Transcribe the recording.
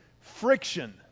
friction